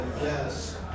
Yes